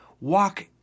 walk